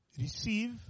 Receive